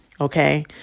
okay